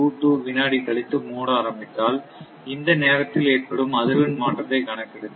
22 வினாடி கழித்து மூட ஆரம்பித்தால் இந்த நேரத்தில் ஏற்படும் அதிர்வெண் மாற்றத்தை கணக்கிடுங்கள்